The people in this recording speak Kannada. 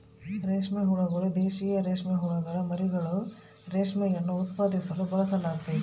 ರೇಷ್ಮೆ ಹುಳುಗಳು, ದೇಶೀಯ ರೇಷ್ಮೆಹುಳುಗುಳ ಮರಿಹುಳುಗಳು, ರೇಷ್ಮೆಯನ್ನು ಉತ್ಪಾದಿಸಲು ಬಳಸಲಾಗ್ತತೆ